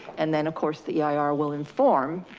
and then of course the eir will inform